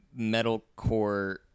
metalcore